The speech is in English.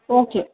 okay